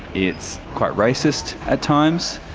it's quite racist at times,